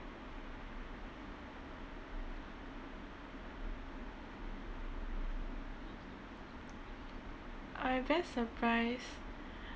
my best surprise